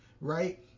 right